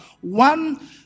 One